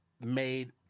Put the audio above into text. made